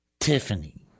Tiffany